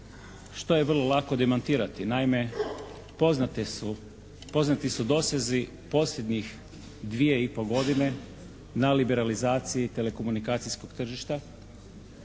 što je vrlo lako demantirati. Naime, poznate su, poznati su dosezi posljednjih dvije i po godine na liberalizaciji telekomunikacijskog tržišta